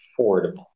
affordable